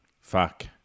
Fuck